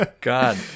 god